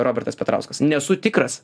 robertas petrauskas nesu tikras